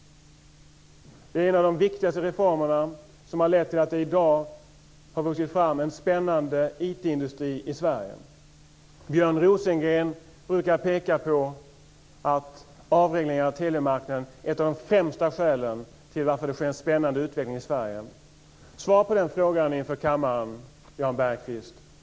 Det är en av de viktigaste reformerna, som har lett till att det i dag har vuxit fram en spännande IT-industri i Sverige. Björn Rosengren brukar peka på att avregleringen av telemarknaden är ett av de främsta skälen till att det sker en spännande utveckling i Sverige. Svara på den frågan inför kammaren, Jan Bergqvist!